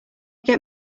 get